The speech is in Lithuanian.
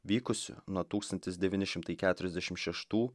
vykusių nuo tūkstantis devyni šimtai keturiasdešimt šeštų